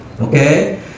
Okay